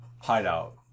hideout